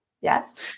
Yes